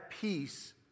peace